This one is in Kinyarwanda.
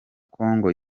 congo